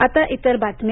आता इतर बातम्या